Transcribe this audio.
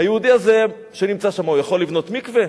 היהודי הזה שנמצא שם יכול לבנות מקווה?